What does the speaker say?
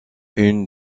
une